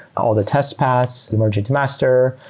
all the tests pass. we merge it to master.